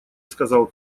сказал